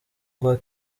rwa